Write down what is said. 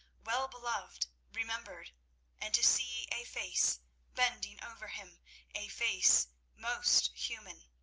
well-beloved, remembered and to see a face bending over him a face most human,